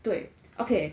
对 okay